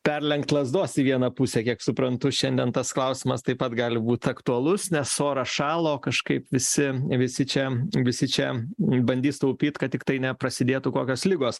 perlenkt lazdos į vieną pusę kiek suprantu šiandien tas klausimas taip pat gali būt aktualus nes oras šąla o kažkaip visi visi čia visi čia bandys taupyt kad tiktai neprasidėtų kokios ligos